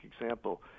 example